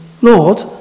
Lord